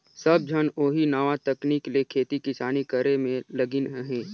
सब झन ओही नावा तकनीक ले खेती किसानी करे में लगिन अहें